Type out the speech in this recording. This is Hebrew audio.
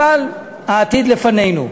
אבל העתיד לפנינו.